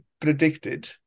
predicted